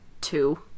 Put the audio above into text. two